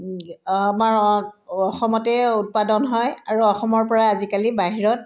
আমাৰ অসমতে উৎপাদন হয় আৰু অসমৰ পৰা আজিকালি বাহিৰত